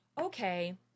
okay